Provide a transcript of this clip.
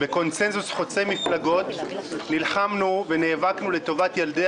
בקונצנזוס חוצה מפלגות נלחמנו ונאבקנו לטובת ילדי